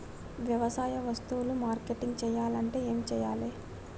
వ్యవసాయ వస్తువులు మార్కెటింగ్ చెయ్యాలంటే ఏం చెయ్యాలే?